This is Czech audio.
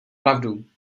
pravdu